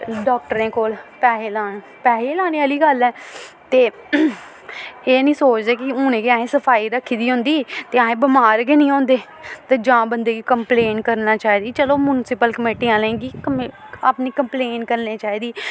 डाक्टरें कोल पैहे लान पैहे गै लाने आह्ली गल्ल ऐ ते एह् निं सोचदे कि हूनें गै असें सफाई रक्खी दी होंदी ते असें बमार गै निं होंदे ते जां बंदे गी कम्पलेन करना चाहिदी चलो मुनसिपल कमेटी आह्लें गी अपनी कम्पलेन करनी चाहिदी